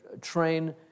train